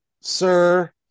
sir